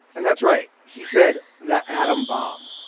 and that's right, he said the atom bomb.